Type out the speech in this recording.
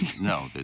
No